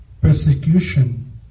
Persecution